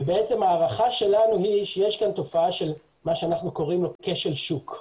ההערכה שלנו היא שיש כאן תופעה של מה שאנחנו קוראים כשל שוק.